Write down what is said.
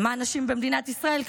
למען הנשים במדינת ישראל.